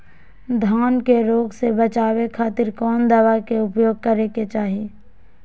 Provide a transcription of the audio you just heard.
धान के रोग से बचावे खातिर कौन दवा के उपयोग करें कि चाहे?